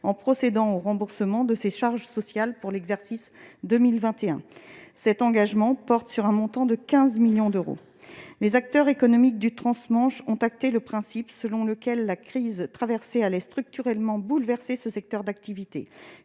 en procédant au remboursement de ses charges sociales pour l'exercice 2021. Cet engagement porte sur un montant de 15 millions d'euros. Les acteurs économiques du trans-Manche ont acté le principe selon lequel la crise traversée allait structurellement bouleverser leur secteur d'activité.